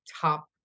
top